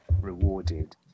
rewarded